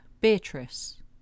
Beatrice